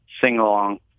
sing-along